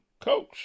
coach